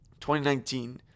2019